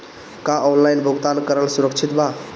का ऑनलाइन भुगतान करल सुरक्षित बा?